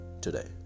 Today